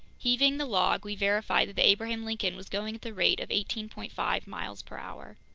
heaving the log, we verified that the abraham lincoln was going at the rate of eighteen point five miles per hour.